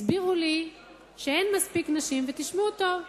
הסבירו לי שאין מספיק נשים, ותשמעו טוב: